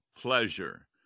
pleasure